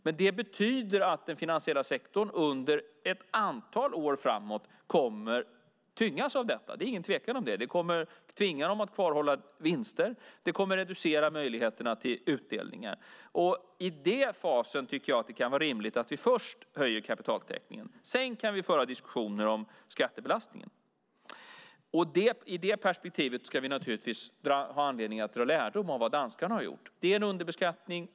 Men det betyder att den finansiella sektorn under ett antal år framåt kommer att tyngas av detta. Det är ingen tvekan om det. Det kommer att tvinga dem att kvarhålla vinster, och det kommer att reducera möjligheterna till utdelningar. I den fasen tycker jag att det kan vara rimligt att vi först höjer kapitaltäckningen. Sedan kan vi föra diskussioner om skattebelastningen. I detta perspektiv har vi naturligtvis anledning att dra lärdom av vad danskarna har gjort. Det är en underbeskattning.